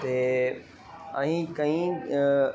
ਅਤੇ ਅਸੀਂ ਕਈ